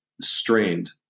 strained